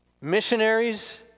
Missionaries